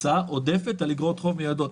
הוצאה עודפת על איגרות חוב מיועדות.